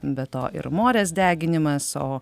be to ir morės deginimas o